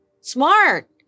Smart